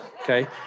Okay